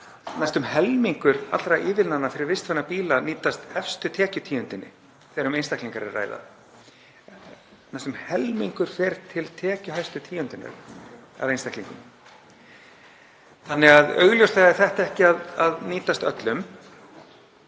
næstum helmingur allra ívilnana fyrir vistvæna bíla nýtast efstu tekjutíundinni þegar um einstaklinga er að ræða, næstum helmingur fer til tekjuhæstu tíundarinnar af einstaklingum. Augljóslega er þetta því ekki að nýtast öllum